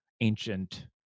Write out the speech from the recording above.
ancient